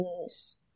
news